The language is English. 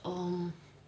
um